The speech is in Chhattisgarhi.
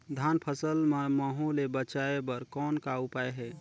धान फसल ल महू ले बचाय बर कौन का उपाय हे?